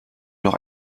noch